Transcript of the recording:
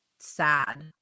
sad